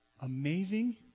amazing